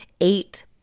eight